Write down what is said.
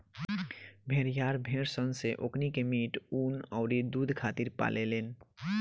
भेड़िहार भेड़ सन से ओकनी के मीट, ऊँन अउरी दुध खातिर पाले लेन